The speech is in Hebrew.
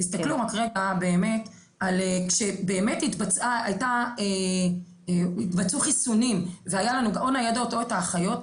תסתכלו רק רגע באמת כשהתבצעו חיסונים והיו לנו או ניידות או את האחיות,